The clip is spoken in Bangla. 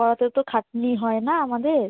পড়াতে তো খাটনি হয় না আমাদের